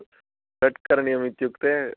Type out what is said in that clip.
shirt करणीयम् इत्युक्ते